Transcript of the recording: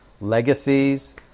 legacies